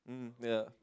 mmhmm yeah